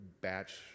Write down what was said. batch